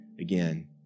again